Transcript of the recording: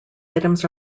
items